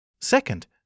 Second